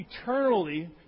eternally